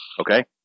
Okay